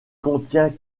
contient